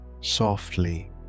softly